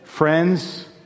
Friends